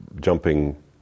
jumping